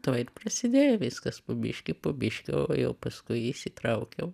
tuo prasidėjo viskas po biškį po biškį o jau paskui įsitraukiau